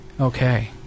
Okay